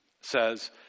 says